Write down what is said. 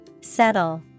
Settle